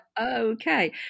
okay